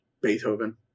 Beethoven